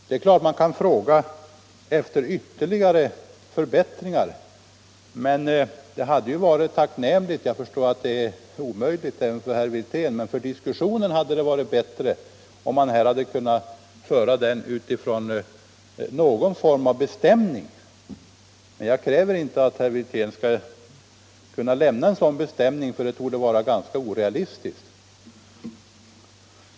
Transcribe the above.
Det är klart att man kan fråga efter ytterligare förbättringar, men för diskussionen hade det varit bättre om man hade kunnat utgå från någon form av bestämning. Jag kräver dock inte att herr Wirtén skall kunna lämna någon sådan bestämning — det torde vara ganska orealistiskt.